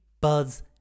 Buzz